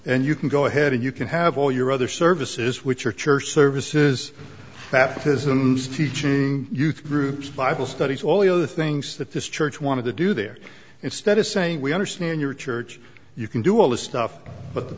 and you can go ahead and you can have all your other services which are church services baptisms teaching youth groups bible studies all the other things that this church wanted to do there instead of saying we understand your church you can do all this stuff but the